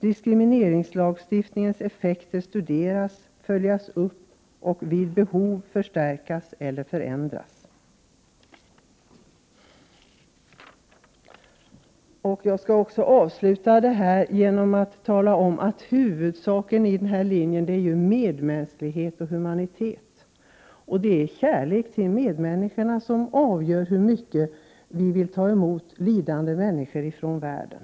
Diskrimineringslagstiftningens effekter 2 maj 1989 måste studeras och följas upp. Vid behov måste lagstiftningen förstärkas eller förändras. Avslutningsvis vill jag framhålla att det viktigaste här är medmänsklighet och humanitet. Det är kärleken till medmänniskorna som blir avgörande när det gäller vår vilja att ta emot lidande människor från andra delar av världen.